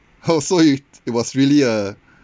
oh so you it was really a